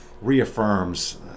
Reaffirms